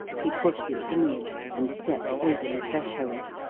he pushed it inward and stepped over the threshold.